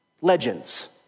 Legends